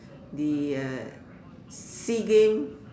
the uh sea games